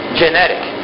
genetic